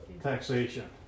taxation